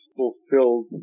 fulfilled